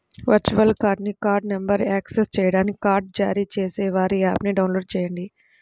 virtual కార్డ్ని card నంబర్ను access చేయడానికి కార్డ్ జారీ చేసేవారి యాప్ని డౌన్లోడ్ చేయండి